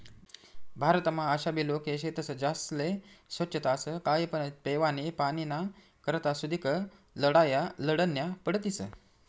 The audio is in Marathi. भारतमा आशाबी लोके शेतस ज्यास्ले सोच्छताच काय पण पेवानी पाणीना करता सुदीक लढाया लढन्या पडतीस